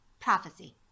prophecy